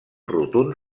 rotund